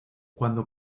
cuando